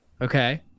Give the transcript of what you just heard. Okay